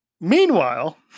Meanwhile